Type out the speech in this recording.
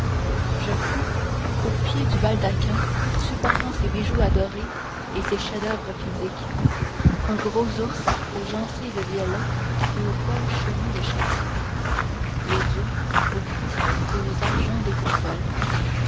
je fus au pied du baldaquin supportant ses bijoux adorés et ses chefs-d'oeuvre physiques un gros ours aux gencives violettes et au poil chenu de chagrin les yeux aux cristaux et aux argents des consoles